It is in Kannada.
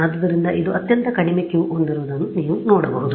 ಆದ್ದರಿಂದ ಇದು ಅತ್ಯಂತ ಕಡಿಮೆ Q ಹೊಂದಿರುವುದನ್ನು ನೀವು ನೋಡಬಹುದು